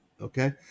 Okay